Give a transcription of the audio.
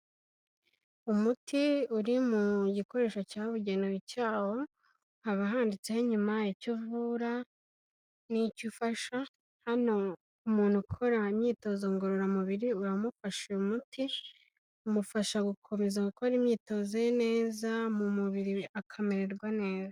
Umuti uri mu gikoresho cyabugenewe cyawo, haba handitseho inyuma icyo uvura n'icyo ufasha, hano umuntu ukora imyitozo ngororamubiri uramufasha uyu muti, umufasha gukomeza gukora imyitozo ye neza mu mubiri, akamererwa neza.